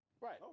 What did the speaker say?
Right